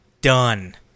done